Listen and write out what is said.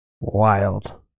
wild